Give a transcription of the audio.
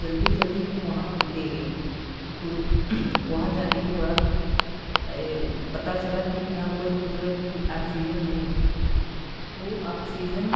जल्दी जल्दी में वहाँ ले गए तो वहाँ जाने के बाद पता चला कि यहाँ पर मतलब कि आक्सीजन नहीं है तो आक्सीजन